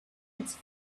its